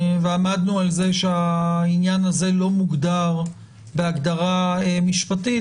עמדנו על זה שהעניין הזה לא מוגדר בהגדרה משפטית,